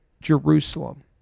Jerusalem